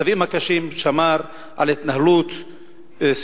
למרות המצבים הקשים, שמר על התנהלות סבירה.